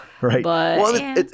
right